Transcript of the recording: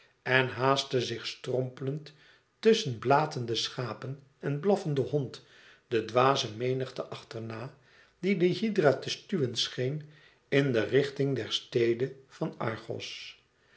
en haastte zich strompelend tusschen blatende schapen en blaffenden hond de dwaze menigte achterna die de hydra te stuwen scheen in de richting der stede van argos